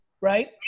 Right